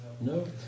No